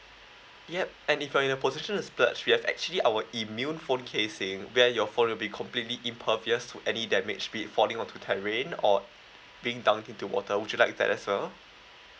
yup and if you're in a position to splurge we have actually our immune phone casing where your phone will be completely impervious to any damage be it falling onto terrain or being dunked into water would you like that as well